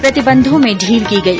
प्रतिबंधों में ढील दी गई